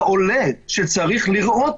העולה שצריך לראות,